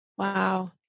Wow